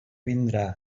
vindrà